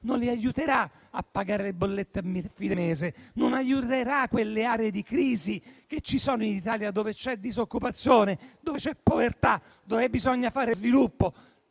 non li aiuterà a pagare le bollette a fine mese, non aiuterà quelle aree di crisi che ci sono in Italia, dove ci sono disoccupazione e povertà, dove bisogna fare sviluppo,